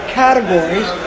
categories